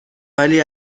ولی